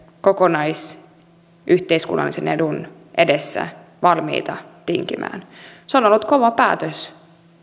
kokonaisyhteiskunnallisen edun edessä valmiita tinkimään se on ollut kova päätös